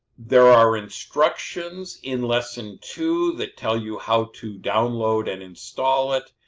there are instructions in lesson two that tell you how to download and install it.